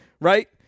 right